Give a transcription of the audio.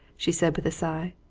she said, with a sigh.